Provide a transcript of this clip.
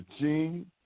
Gene